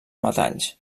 metalls